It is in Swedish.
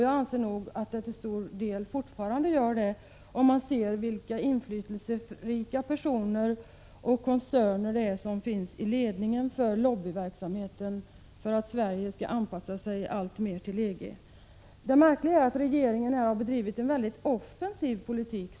Jag anser nog att det fortfarande till stor del förhåller sig så, med tanke på vilka inflytelserika personer och koncerner som finns i ledningen för lobbyverksamheten då det gäller att hävda att Sverige skall anpassa sig alltmer till EG. Det märkliga är att regeringen här har bedrivit en väldigt offensiv politik.